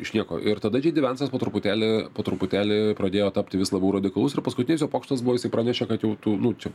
iš nieko ir tada džei dy vensas po truputėlį po truputėlį pradėjo tapti vis labiau radikalus ir paskutinis jo pokštas buvo jis pranešė kad jau tų nu čia